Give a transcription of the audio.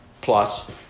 plus